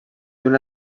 una